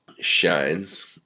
shines